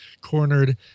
Cornered